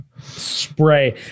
spray